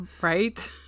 Right